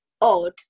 odd